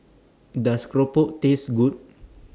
Does Keropok Taste Good